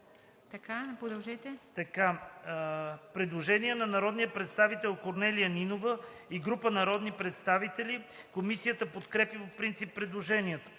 бъде отхвърлен. Предложение на народния представител Корнелия Нинова и група народни представители. Комисията подкрепя по принцип предложението.